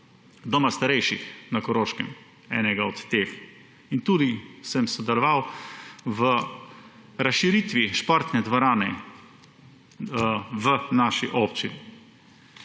doma starejših na Koroškem, enega od teh, in tudi sem sodeloval v razširitvi športne dvorane v naši občini.